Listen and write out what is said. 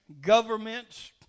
governments